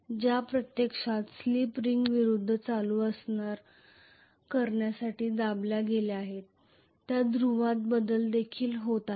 ज्या ब्रशेस प्रत्यक्षात slip ring च्या समोर करंट गोळा करण्यासाठी दाबल्या जातात ते ध्रुवीकरण बदलतात